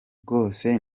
rwose